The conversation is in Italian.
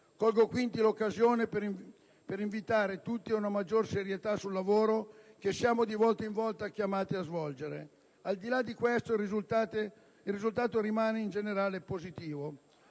Colgo quindi l'occasione per invitare tutti ad una maggior serietà sul lavoro che siamo di volta in volta chiamati a svolgere. Al di là di questo, il risultato rimane in generale positivo.